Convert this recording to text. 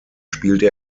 spielte